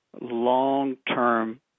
long-term